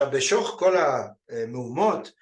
בשוך כל המהומות